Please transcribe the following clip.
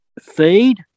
feed